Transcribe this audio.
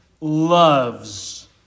loves